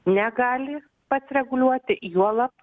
negali pats reguliuoti juolab